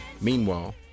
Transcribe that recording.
Meanwhile